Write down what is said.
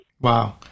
wow